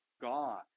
God